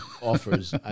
offers